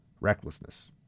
recklessness